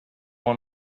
went